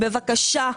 בבקשה.